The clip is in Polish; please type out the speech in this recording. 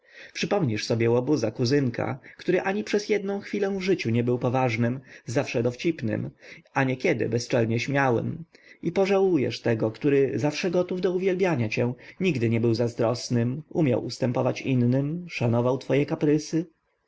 przypomnisz sobie łobuza kuzynka który ani przez jednę chwilę w życiu nie był poważnym zawsze dowcipnym a niekiedy bezczelnie śmiałym i pożałujesz tego który zawsze gotów do uwielbiania cię nigdy nie był zazdrosnym umiał ustępować innym szanował twoje kaprysy